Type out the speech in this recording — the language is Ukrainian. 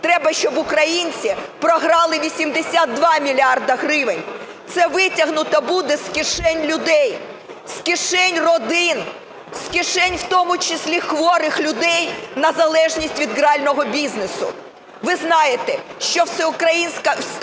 треба щоб українці програли 82 мільярди гривень. Це витягнуто буде з кишень людей, з кишень родин, з кишень в тому числі хворих людей на залежність від грального бізнесу. Ви знаєте, що Всесвітня